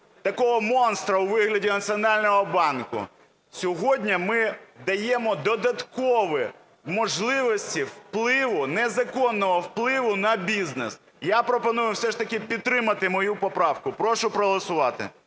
такого монстра у вигляді Національного банку. Сьогодні ми даємо додаткові можливості впливу, незаконного впливу на бізнес. Я пропоную все ж таки підтримати мою поправку. Прошу проголосувати.